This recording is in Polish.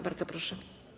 Bardzo proszę.